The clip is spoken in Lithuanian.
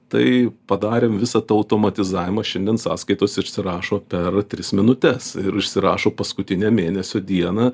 tai padarėm visą tą automatizavimą šiandien sąskaitos išsirašo per tris minutes ir išsirašo paskutinę mėnesio dieną